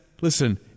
listen